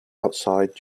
outside